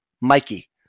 Mikey